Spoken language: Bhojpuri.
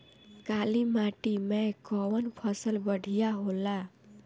काली माटी मै कवन फसल बढ़िया होला?